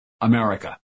America